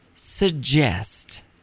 Suggest